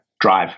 drive